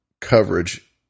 coverage